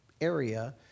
area